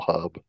Hub